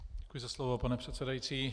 Děkuji za slovo, pane předsedající.